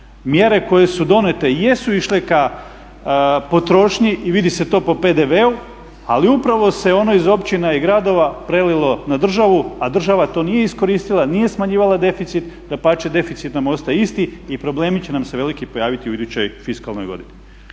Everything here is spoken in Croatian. mjere koje su donijete jesu išle ka potrošnji i vidi se to po PDV-u ali upravo se ono iz općina i gradova prelilo na državu, a država to nije iskoristila, nije smanjivala deficit, dapače deficit nam ostaje isti i problemi će nam se veliki pojaviti u idućoj fiskalnoj godini.